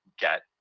get